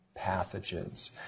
pathogens